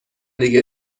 دیگه